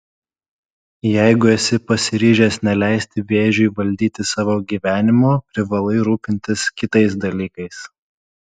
jeigu esi pasiryžęs neleisti vėžiui valdyti savo gyvenimo privalai rūpintis kitais dalykais